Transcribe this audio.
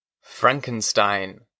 Frankenstein